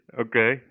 Okay